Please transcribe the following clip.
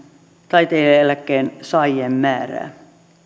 taiteilijaeläkkeen saajien määrää